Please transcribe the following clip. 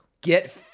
Get